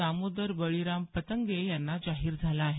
दामोदर बळीराम पतंगे यांना जाहीर झाला आहे